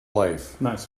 life